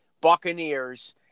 Buccaneers